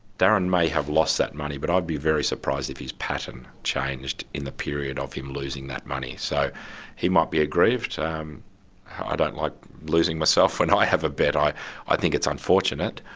darren may have lost that money but i'd be very surprised if his pattern changed in the period of him losing that money. so he might be aggrieved. um i don't like losing myself when i have a bet. i i think it's unfortunate.